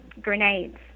grenades